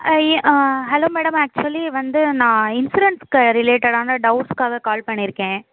hello madam actually வந்து நான் இன்சூரன்ஸ்க்கு ரிலேட்டட்டான டவுட்ஸ்க்காக கால் பண்ணிருக்கேன்